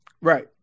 Right